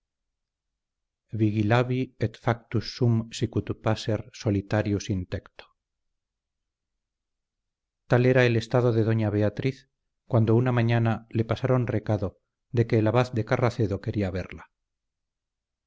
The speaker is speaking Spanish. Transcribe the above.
passer solitarius in tecto tal era el estado de doña beatriz cuando una mañana le pasaron recado de que el abad de carracedo quería verla